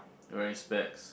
wearing specs